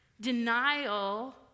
Denial